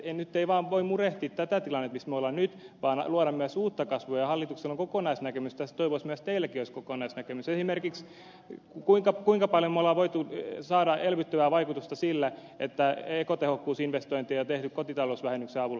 nyt ei vaan voi murehtia tätä tilannetta missä me olemme nyt vaan tulee luoda myös uutta kasvua ja hallituksella on kokonaisnäkemys tästä toivoisin että teilläkin olisi kokonaisnäkemys esimerkiksi siitä kuinka paljon me olemme voineet saada elvyttävää vaikutusta sillä että ekotehokkuusinvestointeja on tehty kotitalousvähennyksen avulla